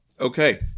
Okay